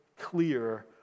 clear